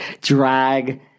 drag